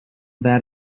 that